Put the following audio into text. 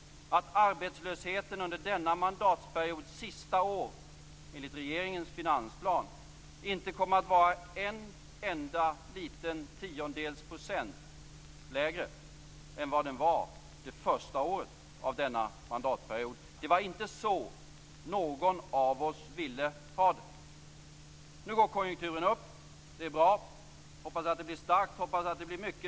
Arbetslösheten kommer under denna mandatperiods sista år enligt regeringens finansplan inte att vara en enda liten tiondels procent lägre än vad den var det första året av denna mandatperiod. Det var inte så någon av oss ville ha det. Nu går konjunkturen upp. Det är bra. Vi får hoppas att den blir stark.